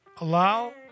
allow